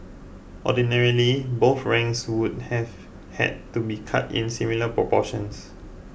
ordinarily both ranks would have had to be cut in similar proportions